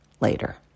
later